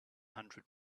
hundred